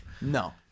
no